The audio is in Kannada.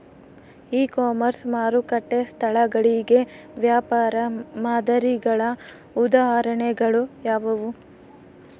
ಇ ಕಾಮರ್ಸ್ ಮಾರುಕಟ್ಟೆ ಸ್ಥಳಗಳಿಗೆ ವ್ಯಾಪಾರ ಮಾದರಿಗಳ ಉದಾಹರಣೆಗಳು ಯಾವುವು?